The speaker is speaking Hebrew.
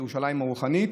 כירושלים הרוחנית,